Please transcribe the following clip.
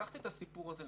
לקחת את הסיפור זה,